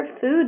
food